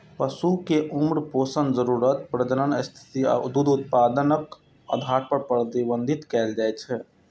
पशु कें उम्र, पोषण जरूरत, प्रजनन स्थिति आ दूध उत्पादनक आधार पर प्रबंधित कैल जाइ छै